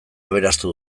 aberastu